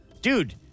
Dude